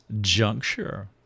juncture